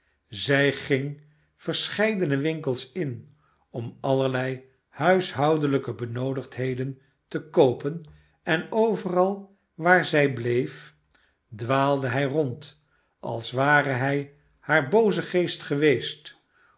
zij ging verscheidene winkels in om allerlei huishoudelijke benoodigdheden te koopen en overal waar zij bleef dwaalde hij rond als ware hij haar booze geest geweest